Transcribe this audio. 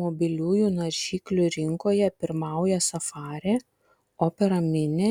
mobiliųjų naršyklių rinkoje pirmauja safari opera mini